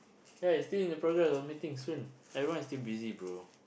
ya I still in the progress of meeting soon everyone's still busy bro